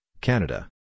Canada